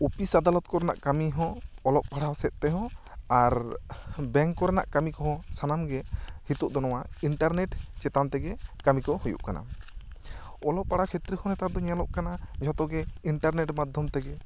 office ᱟᱫᱟᱞᱚᱛ ᱠᱚᱨᱮᱱᱟᱜ ᱠᱟᱹᱢᱤ ᱦᱚᱸ ᱚᱞᱚᱜ ᱯᱟᱲᱦᱟᱣ ᱥᱮᱫ ᱛᱮᱦᱚᱸ ᱟᱨ ᱵᱮᱝ ᱠᱚᱨᱮᱱᱟᱜ ᱠᱟᱹᱢᱤ ᱠᱚᱦᱚᱸ ᱥᱟᱱᱟᱢ ᱜᱮ ᱦᱤᱛᱚᱜ ᱫᱚ ᱱᱚᱣᱟ ᱤᱱᱴᱟᱨᱱᱮᱴ ᱪᱮᱛᱟᱱ ᱛᱮᱜᱮ ᱠᱟᱹᱢᱤ ᱠᱚ ᱦᱩᱭᱩᱜ ᱠᱟᱱᱟ ᱚᱞᱚᱜ ᱯᱟᱲᱦᱟᱜ ᱠᱷᱮᱛᱨᱮ ᱦᱚᱸ ᱱᱮᱛᱟᱨ ᱫᱚ ᱧᱮᱞᱚᱜ ᱠᱟᱱᱟ ᱡᱚᱛᱚ ᱜᱮ ᱤᱱᱴᱟᱨᱱᱮᱴ ᱢᱟᱫᱷᱚᱢ ᱛᱮᱜᱮ